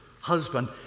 husband